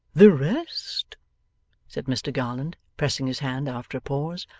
the rest said mr garland, pressing his hand after a pause,